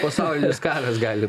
pasaulinis karas gali